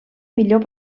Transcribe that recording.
millor